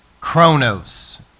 chronos